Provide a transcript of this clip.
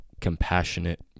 compassionate